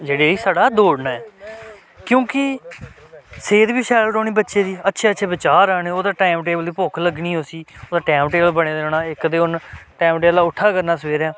जेह्ड़ी साढ़ा दौड़ना ऐ क्योंकि सेह्त बी शैल रौह्नी बच्चे दी अच्छे अच्छे बचार आने ओह्दा टैम टेबल दी भुक्ख लग्गनी उसी ओह्दा टैम टेबल बने दे रौह्ना इक ते हून टैम टेबल दा उट्ठा करना सवेरै